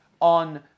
on